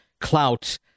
clout